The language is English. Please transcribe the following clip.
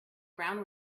ground